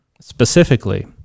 specifically